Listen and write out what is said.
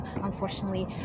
unfortunately